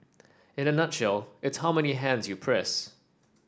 in a nutshell it's how many hands you press